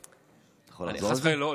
אתה יכול לחזור על זה?